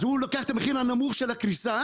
אז הוא לוקח את המחיר הנמוך של הקריסה